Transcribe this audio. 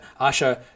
Asha